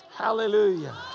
Hallelujah